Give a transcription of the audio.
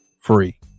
free